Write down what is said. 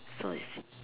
so it's